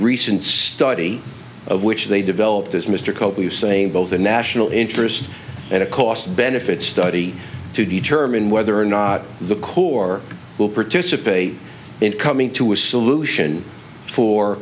recent study of which they developed this mr copas saying both the national interests at a cost benefit study to determine whether or not the corps will participate in coming to a solution for